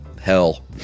hell